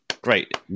Great